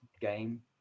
game